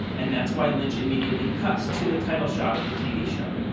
and that's why lynch immediately cuts to the title shot of the tv show.